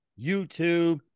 YouTube